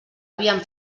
havien